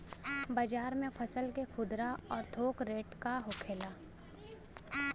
बाजार में फसल के खुदरा और थोक रेट का होखेला?